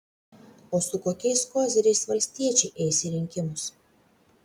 o su kokiais koziriais valstiečiai eis į rinkimus